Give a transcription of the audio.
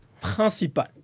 principal